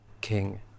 King